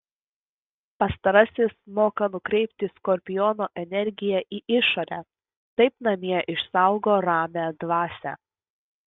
pastarasis moka nukreipti skorpiono energiją į išorę taip namie išsaugo ramią dvasią